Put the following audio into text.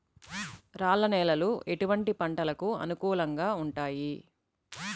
రాళ్ల నేలలు ఎటువంటి పంటలకు అనుకూలంగా ఉంటాయి?